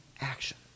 action